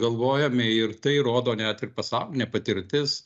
galvojame ir tai rodo net ir pasaulinė patirtis